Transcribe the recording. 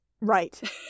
right